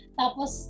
tapos